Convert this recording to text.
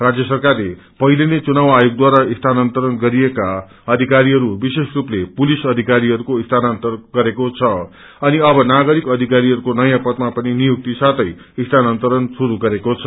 राज्य सरकारले पहिले नै चुनाव आयोगद्वारा स्थानान्तरण गरिएको अयीकरीहरू विशेष रूपले पुलिस अधिकरीहरू सीनान्तरा गरेको छ अनि अब नागरिक अधिकारीहरूको नयाँ पदमा पनि नियुक्त साथै सीनान्तरण शुरू गरेको छ